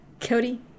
Cody